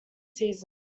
season